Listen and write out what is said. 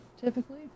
Typically